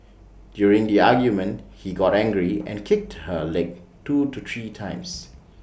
during the argument he got angry and kicked her legs two to three times